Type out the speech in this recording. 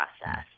process